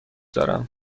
دارم